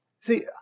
see